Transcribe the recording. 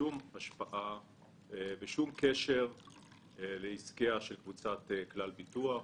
ושום השפעה ושום קשר לעסקיה של קבוצת כלל ביטוח.